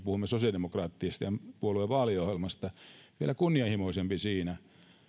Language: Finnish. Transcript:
puhumme sosiaalidemokraattisen puolueen vaaliohjelmasta se oli vieläkin kunnianhimoisempi siinä